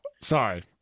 Sorry